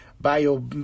bio